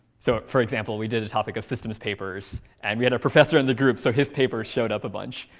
so, for example, we did a topic of systems papers. and we had a professor in the group, so his paper showed up a bunch.